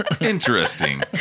Interesting